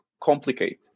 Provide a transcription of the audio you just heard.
complicate